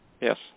yes